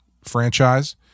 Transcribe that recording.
franchise